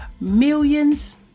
millions